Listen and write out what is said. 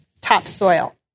topsoil